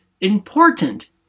important